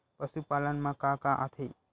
पशुपालन मा का का आथे?